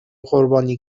قربانی